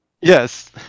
Yes